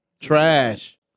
trash